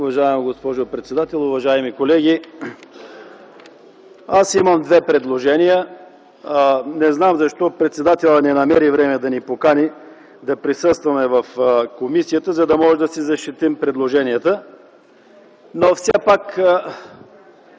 уважаема госпожо председател. Уважаеми колеги! Имам две предложения. Не знам защо председателят не намери време да ни покани, да присъстваме в комисията, за да защитим предложенията си.